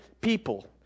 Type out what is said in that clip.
people